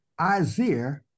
Isaiah